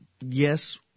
yes